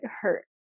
hurt